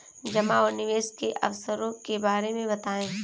जमा और निवेश के अवसरों के बारे में बताएँ?